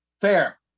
fair